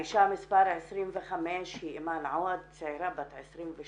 האישה מספר 25 היא אימאן עווד, צעירה בת 28,